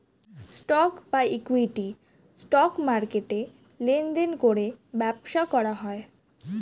stock বা equity, stock মার্কেটে লেনদেন করে ব্যবসা করা হয়